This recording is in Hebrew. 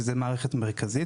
שזה מערכת מרכזית,